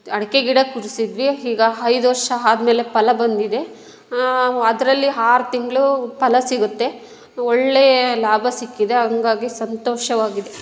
ಅಡಿಕೆ ಗಿಡ ಕೂರ್ಸಿದ್ವಿ ಈಗ ಐದು ವರ್ಷ ಆದ್ಮೇಲೆ ಫಲ ಬಂದಿದೆ ಅದರಲ್ಲಿ ಆರು ತಿಂಗಳು ಫಲ ಸಿಗುತ್ತೆ ಒಳ್ಳೆಯ ಲಾಭ ಸಿಕ್ಕಿದೆ ಹಂಗಾಗಿ ಸಂತೋಷವಾಗಿದೆ